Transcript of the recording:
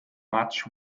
much